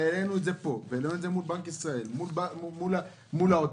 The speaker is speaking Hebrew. והעלינו את זה פה ובפני בנק ישראל ובפני האוצר,